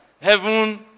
heaven